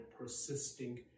persisting